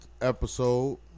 episode